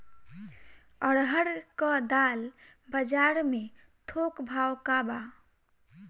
अरहर क दाल बजार में थोक भाव का बा?